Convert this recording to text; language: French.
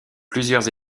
plusieurs